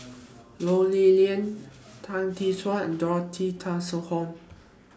Ho Lee Ling Tan Tee Suan and Dorothy Tessensohn